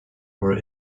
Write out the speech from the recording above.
for